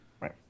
Right